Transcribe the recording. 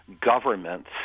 governments